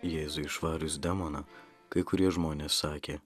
jėzui išvarius demoną kai kurie žmonės sakė